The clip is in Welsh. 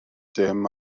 dim